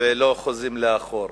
ולא חוזרים לאחור